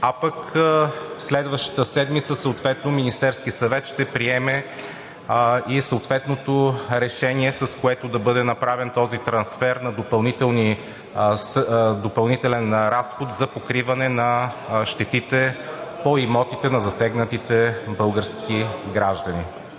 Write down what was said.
А пък следващата седмица съответно Министерският съвет ще приеме и съответното решение, с което да бъде направен този трансфер на допълнителен разход за покриване на щетите по имотите на засегнатите български граждани.